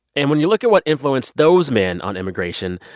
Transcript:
and when you look at what influence those men on immigration,